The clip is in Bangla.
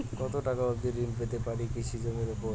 কত টাকা অবধি ঋণ পেতে পারি কৃষি জমির উপর?